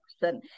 person